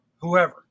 whoever